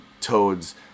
toads